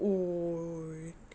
!oi!